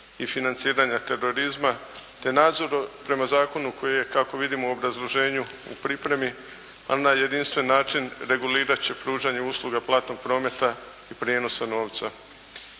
i financiranja terorizma, te nadzor prema zakonu koji je kako vidimo u obrazloženju u pripremi, a na jedinstven način regulirat će pružanje usluga platnog prometa i prijenosa novca.